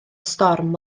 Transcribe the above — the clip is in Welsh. storm